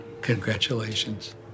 Congratulations